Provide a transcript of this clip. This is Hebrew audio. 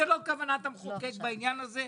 זאת לא כוונת המחוקק בעניין הזה,